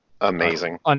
amazing